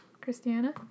christiana